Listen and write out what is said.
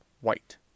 white